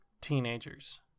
teenagers